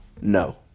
No